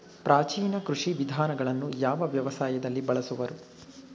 ಪ್ರಾಚೀನ ಕೃಷಿ ವಿಧಾನಗಳನ್ನು ಯಾವ ವ್ಯವಸಾಯದಲ್ಲಿ ಬಳಸುವರು?